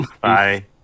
Bye